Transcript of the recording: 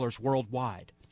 worldwide